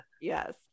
yes